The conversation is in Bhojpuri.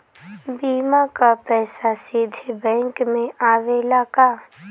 बीमा क पैसा सीधे बैंक में आवेला का?